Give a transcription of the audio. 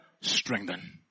strengthen